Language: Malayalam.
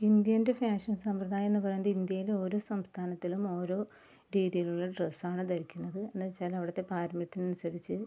ഇന്ത്യേൻ്റെ ഫാഷൻ സമ്പ്രദായം എന്ന് പറയുന്നത് ഇന്ത്യയിൽ ഓരോ സംസ്ഥാനത്തിലും ഓരോ രീതിയിലുള്ള ഡ്രസ്സ് ആണ് ധരിക്കുന്നത് എന്താണ് വെച്ചാൽ അവിടുത്ത പാരമ്പര്യത്തിനനുസരിച്ച്